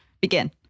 begin